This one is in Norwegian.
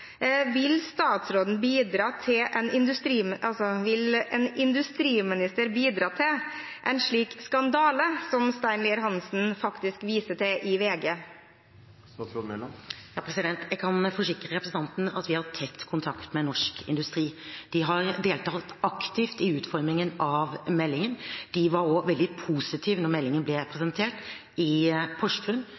Vil en industriminister bidra til en slik skandale som Stein Lier-Hansen viser til i VG? Jeg kan forsikre representanten om at vi har tett kontakt med Norsk Industri. De har deltatt aktivt i utformingen av meldingen. De var også veldig positive da meldingen ble presentert ved Hydro i